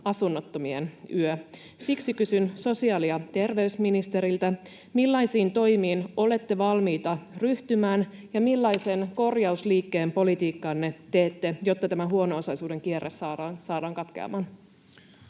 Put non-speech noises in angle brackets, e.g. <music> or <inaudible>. Asunnottomien yö. Siksi kysyn sosiaali‑ ja terveysministeriltä: millaisiin toimiin olette valmiita ryhtymään, <noise> ja millaisen korjausliikkeen politiikkaanne teette, jotta tämä huono-osaisuuden kierre saadaan katkeamaan?